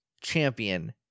champion